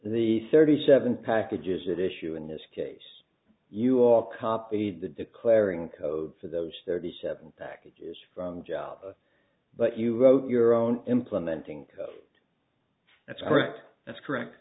the thirty seven packages that issue in this case you all copied the declaring code for those thirty seven packages from job but you wrote your own implementing that's correct that's correct